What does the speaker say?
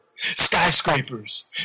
Skyscrapers